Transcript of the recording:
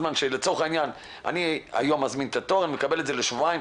לצורך העניין היום אני מזמין את התור אני מקבל לעוד שבועיים?